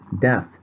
death